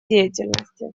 деятельности